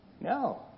No